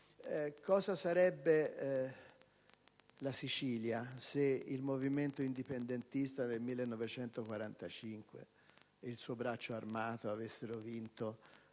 cosa sarebbe la Sicilia se il movimento indipendentista del 1945 ed il suo braccio armato avessero vinto